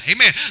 Amen